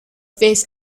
face